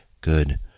good